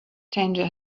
tangier